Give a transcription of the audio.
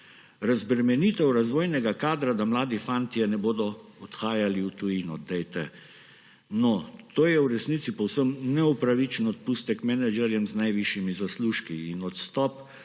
Razbremenitev razvojnega kadra, da mladi fantje ne bodo odhajali v tujino? Dajte no! To je v resnici povsem neupravičen odpustek menedžerjem z najvišjimi zaslužki in odstop